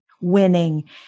winning